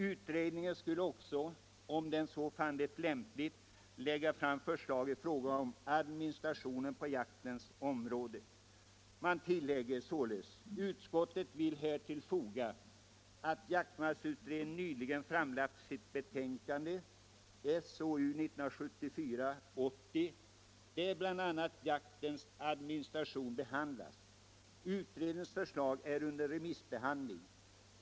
Utredningen skulle också, om den så fann lämpligt, lägga fram förslag i fråga om administrationen på jaktens område. Och nu skriver utskottet i sitt betänkande: ”Utskottet vill härtill foga att jaktmarksutredningen nyligen framlagt sitt betänkande Jaktmarker , vari bl.a. jaktens administration behandlas. Utredningens förslag är under remissbehandling.